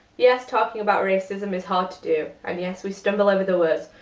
yes talking about racism is hard to do, and yes, we stumble over the words.